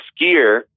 skier